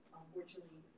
unfortunately